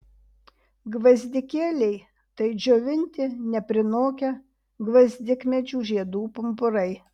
gvazdikėliai tai džiovinti neprinokę gvazdikmedžių žiedų pumpurai